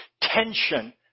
tension